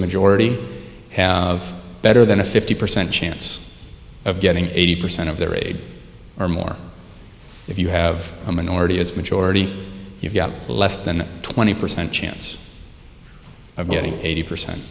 majority of better than a fifty percent chance of getting eighty percent of the raid or more if you have a minority as majority you've got less than twenty percent chance of getting eighty percent